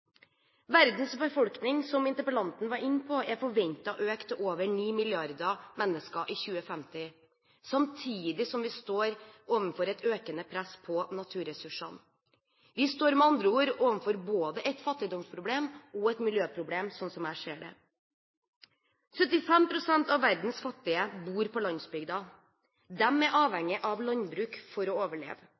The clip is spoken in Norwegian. Verdens befolkning er – som interpellanten var inne på – forventet å øke til over 9 milliarder mennesker i 2050, samtidig som vi står overfor et økende press på naturressursene. Vi står med andre ord overfor både et fattigdomsproblem og et miljøproblem, sånn jeg ser det. 75 pst. av verdens fattige bor på landsbygda. De er avhengige av landbruk for å overleve.